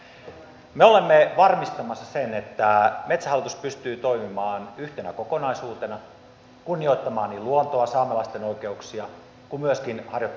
me olemme varmistamassa sen että metsähallitus pystyy toimimaan yhtenä kokonaisuutena kunnioittamaan niin luontoa saamelaisten oikeuksia kuin myöskin harjoittamaan liiketoimintaa